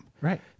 Right